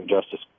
justice